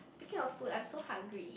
speaking of food I'm so hungry